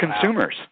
consumers